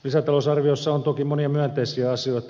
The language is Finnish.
lisätalousarviossa on toki monia myönteisiä asioita